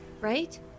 right